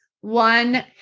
one